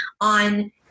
on